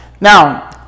now